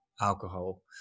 alcohol